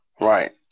Right